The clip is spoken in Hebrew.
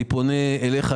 אני פונה אליך,